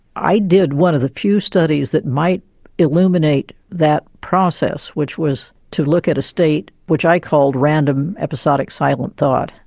i did one of the few studies that might illuminate that process, which was to look at a state which i called random episodic silent thought.